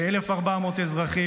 כ-1,400 אזרחים,